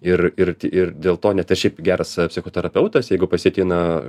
ir ir ir dėl to net ir šiaip geras psichoterapeutas jeigu pas jį ateina